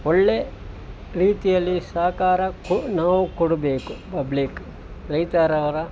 ಒಳ್ಳೆಯ ರೀತಿಯಲ್ಲಿ ಸಹಕಾರ ಕು ನಾವು ಕೊಡಬೇಕು ಪಬ್ಲಿಕ್ ರೈತರವರ